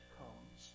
comes